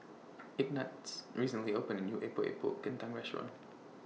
Ignatz recently opened A New Epok Epok Kentang Restaurant